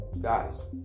guys